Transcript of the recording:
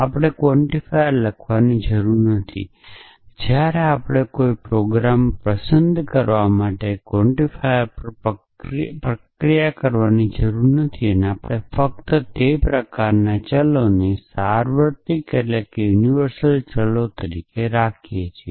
આપણે કવોન્ટિફાયર લખવાની જરૂર નથી જ્યારે આપણે કોઈ પ્રોગ્રામ પસંદ કરવા માટે ક્વોન્ટિફાયર પર પ્રક્રિયા કરવાની જરૂર નથી કે આપણે ફક્ત તે પ્રકારના ચલોને સાર્વત્રિક ચલો તરીકે રાખી શકીએ